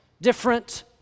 different